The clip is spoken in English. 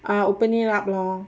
ah opening up lor